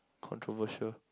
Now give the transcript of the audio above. controversial